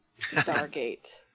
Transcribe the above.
Stargate